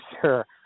sure